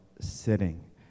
sitting